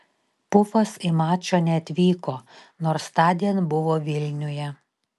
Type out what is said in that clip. pufas į mačą neatvyko nors tądien buvo vilniuje